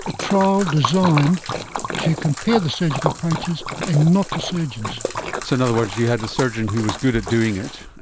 ah trial designed to compare the surgical approaches and not the surgeons so and other words you had the surgeon who was good at doing it,